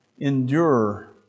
endure